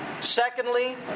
Secondly